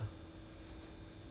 ya lor ya lor ya lor ya lor